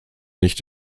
nicht